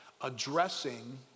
addressing